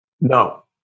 No